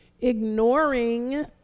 ignoring